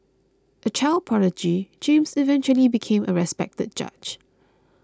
a child prodigy James eventually became a respected judge